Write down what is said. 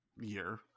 year